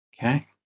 Okay